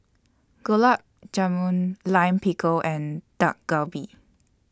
Gulab Jamun Lime Pickle and Dak Galbi